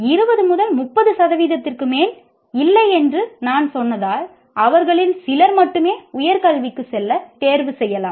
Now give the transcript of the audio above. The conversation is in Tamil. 20 முதல் 30 சதவிகிதத்திற்கு மேல் இல்லை என்று நான் சொன்னதால் அவர்களில் சிலர் மட்டுமே உயர் கல்விக்கு செல்ல தேர்வு செய்யலாம்